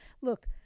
Look